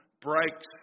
breaks